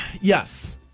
yes